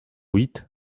huit